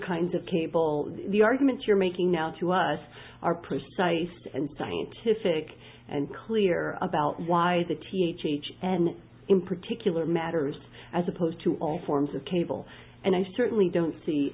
kinds of cable the argument you're making now to us are precise and scientific and clear about why they teach each and in particular matters as opposed to all forms of cable and i certainly don't see